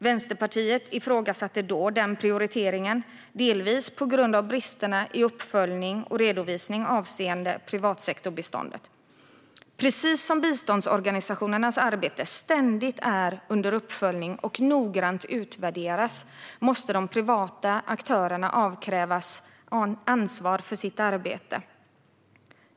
Vänsterpartiet ifrågasatte då den prioriteringen, delvis på grund av bristerna i uppföljning och redovisning avseende privatsektorbiståndet. Precis som biståndsorganisationernas arbete ständigt är under uppföljning och noggrant utvärderas måste de privata aktörerna avkrävas ansvar för sitt arbete.